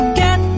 get